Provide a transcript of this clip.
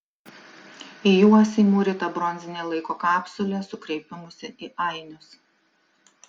į juos įmūryta bronzinė laiko kapsulė su kreipimusi į ainius